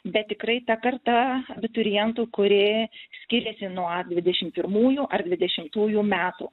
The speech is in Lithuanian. bet tikrai ta karta abiturientų kuri skiriasi nuo dvidešim pirmųjų ar dvidešimtųjų metų